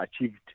achieved